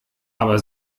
aber